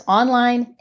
online